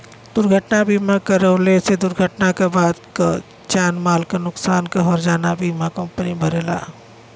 दुर्घटना बीमा करवले से दुर्घटना क बाद क जान माल क नुकसान क हर्जाना बीमा कम्पनी भरेला